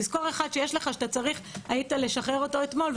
תזכור אחד שיש לך שהיית צריך לשחרר אותו אתמול,